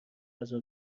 غذا